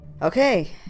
Okay